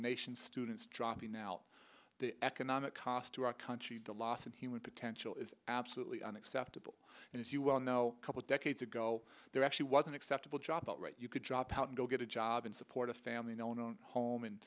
nation's students dropping out the economic cost to our country the loss of human potential is absolutely unacceptable and as you well know a couple decades ago there actually was an acceptable job out right you could drop out and go get a job and support a family no no home and